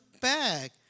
back